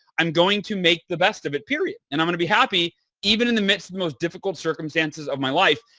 i'm going to make the best of it, period, and i'm going to be happy even in the midst of the most difficult circumstances of my life.